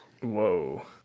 Whoa